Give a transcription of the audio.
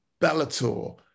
Bellator